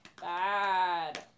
bad